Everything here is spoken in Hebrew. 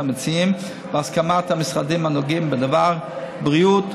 המציעים בהסכמת המשרדים הנוגעים בדבר: הבריאות,